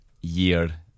year